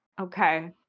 Okay